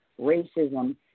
racism